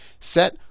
set